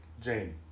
Jane